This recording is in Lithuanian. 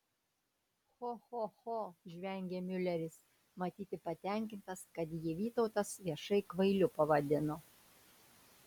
cho cho cho žvengė miuleris matyti patenkintas kad jį vytautas viešai kvailiu pavadino